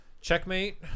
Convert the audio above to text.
Checkmate